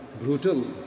brutal